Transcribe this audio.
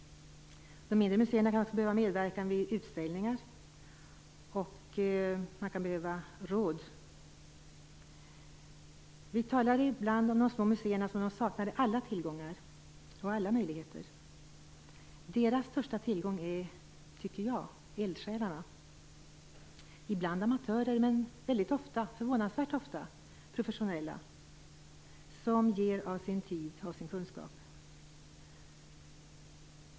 De mindre museerna kan också behöva medverkan vid utställningar, och de kan behöva råd. Vi talar ibland om de små museerna som om de saknade alla tillgångar och alla möjligheter. Deras största tillgång är, tycker jag, eldsjälarna - ibland amatörer men väldigt ofta, förvånansvärt ofta, professionella - som ger av sin tid och sin kunskap.